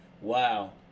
wow